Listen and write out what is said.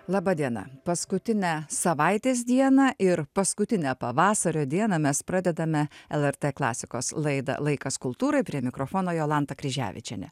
laba diena paskutinę savaitės dieną ir paskutinę pavasario dieną mes pradedame lrt klasikos laidą laikas kultūrai prie mikrofono jolanta kryževičienė